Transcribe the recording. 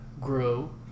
grow